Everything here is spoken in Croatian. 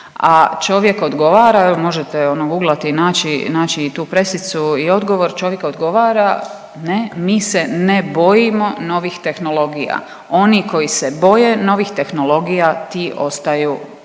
A čovjek odgovara, evo možete guglati i naći, naći i tu pressicu i odgovor. Čovjek odgovara ne, mi se ne bojimo novih tehnologija. Oni koji se boje novih tehnologija ti ostaju,